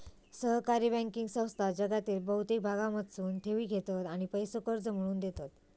सहकारी बँकिंग संस्था जगातील बहुतेक भागांमधसून ठेवी घेतत आणि पैसो कर्ज म्हणून देतत